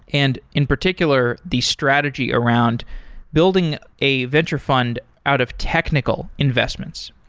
and in particular, the strategy around building a venture fund out of technical investments.